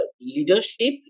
leadership